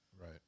right